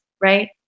right